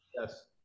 Yes